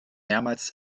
mehrmals